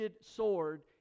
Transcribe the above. sword